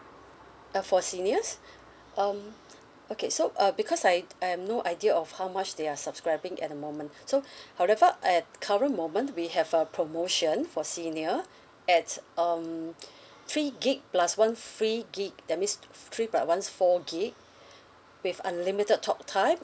uh for seniors um okay so uh because I I have no idea of how much they're subscribing at the moment so however at current moment we have a promotion for senior at um three gig plus one free gig that means three plus one four gig with unlimited talk time